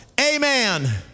amen